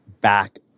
back